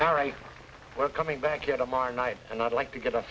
all right we're coming back here tomorrow night and i'd like to get a